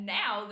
now